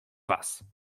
was